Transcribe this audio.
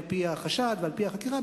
על-פי החשד ועל-פי החקירה,